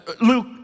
Luke